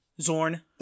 Zorn